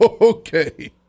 Okay